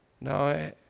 No